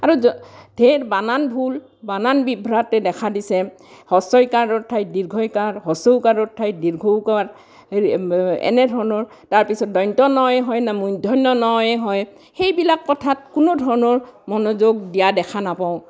আৰু জ ধেৰ বানান ভুল বানান বিভ্ৰাতে দেখা দিছে হৰ্চ ই কাৰৰ ঠাইত দীৰ্ঘ ঈ কাৰ হৰ্চ উ কাৰৰ ঠাইত দীৰ্ঘ ঊ কাৰ হেৰি এনে ধৰণৰ তাৰপিছত দন্ত্য নয়ে হয়নে মূৰ্ধন্য ণয়ে হয় সেইবিলাক কথাত কোনো ধৰণৰ মনোযোগ দিয়া দেখা নাপাওঁ